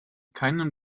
keinen